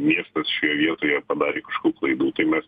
miestas šioje vietoje padarė kažkur klaidų tai mes